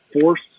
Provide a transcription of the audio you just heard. force